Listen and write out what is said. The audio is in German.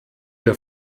der